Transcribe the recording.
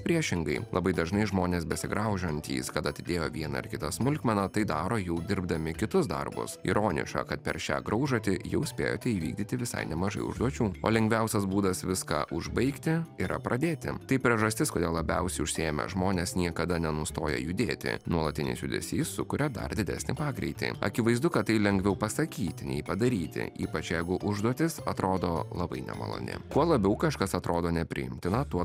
priešingai labai dažnai žmonės besigraužantys kad atidėjo vieną ar kitą smulkmeną tai daro jų dirbdami kitus darbus ironiška kad per šią graužatį jau spėjote įvykdyti visai nemažai užduočių o lengviausias būdas viską užbaigti yra pradėti tai priežastis kodėl labiausiai užsiėmę žmonės niekada nenustoja judėti nuolatinis judesys sukuria dar didesnį pagreitį akivaizdu kad tai lengviau pasakyti nei padaryti ypač jeigu užduotis atrodo labai nemaloni kuo labiau kažkas atrodo nepriimtina tuo